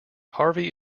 harvey